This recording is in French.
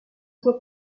vois